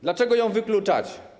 Dlaczego ją wykluczacie?